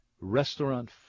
Restaurant